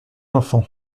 enfant